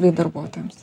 bei darbuotojams